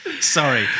Sorry